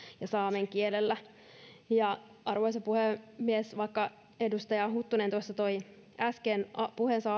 ja saamen kielellä arvoisa puhemies vaikka edustaja huttunen tuossa toi äsken puheensa